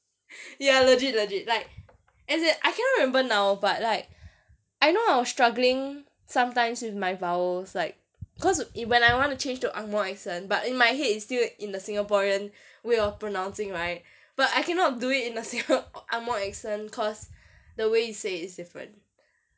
ya legit legit like as in I cannot remember now but like I know I was struggling sometimes with my vowels like cause it when I want to change to angmoh accent but in my head it's still in the singaporean way of pronouncing right but I cannot do it in a singa~ or angmoh accent cause the way he say it is different